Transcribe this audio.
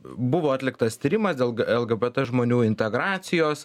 buvo atliktas tyrimas dėl lgbt žmonių integracijos